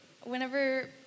whenever